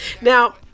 Now